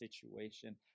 situation